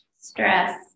stress